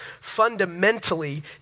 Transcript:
fundamentally